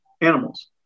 animals